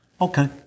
Okay